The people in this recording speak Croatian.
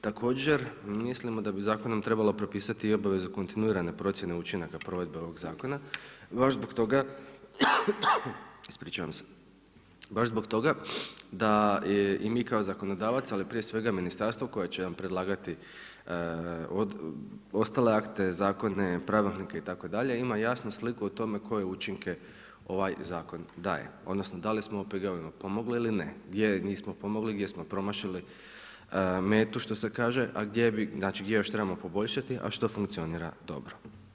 Također mislimo da bi zakonom trebalo propisati i obavezu kontinuirane procjene učinaka provedbe ovoga zakona baš zbog toga da i mi kao zakonodavac, ali prije svega ministarstvo koje će nam predlagati ostale akte, zakone, pravilnike itd. ima jasnu sliku o tome koje učinke ovaj zakon daje odnosno da li smo OPG-ovima pomogli ili ne, gdje nismo pomogli, gdje smo promašili metu što se kaže, a gdje bi znači gdje još trebamo poboljšati, a što funkcionira dobro.